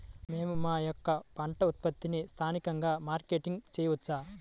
మేము మా యొక్క పంట ఉత్పత్తులని స్థానికంగా మార్కెటింగ్ చేయవచ్చా?